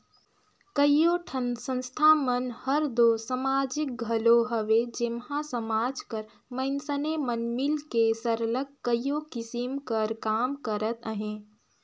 कइयो ठन संस्था मन हर दो समाजिक घलो हवे जेम्हां समाज कर मइनसे मन मिलके सरलग कइयो किसिम कर काम करत अहें